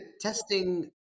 testing